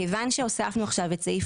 כיוון שהוספנו עכשיו את סעיף